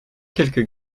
quelques